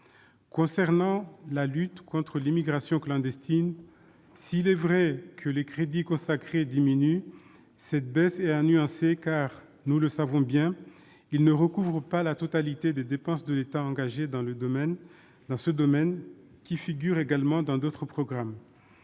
Concernant la lutte contre l'immigration clandestine, s'il est vrai que les crédits qui y sont consacrés diminuent, cette baisse est à nuancer : nous le savons bien, ces crédits ne recouvrent pas la totalité des dépenses de l'État engagées dans ce domaine, lesquelles figurent également dans d'autres programmes.